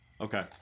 Okay